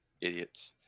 Idiots